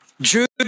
Jude